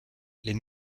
les